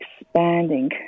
expanding